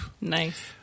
Nice